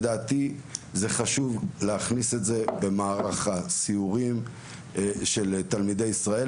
לכן זה חשוב לדעתי להכניס את זה אל מערך הסיורים של תלמידי ישראל.